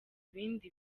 ibindi